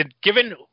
given